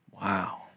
Wow